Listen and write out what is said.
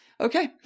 okay